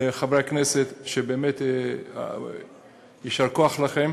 וחברי הכנסת, באמת יישר כוחכם.